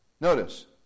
Notice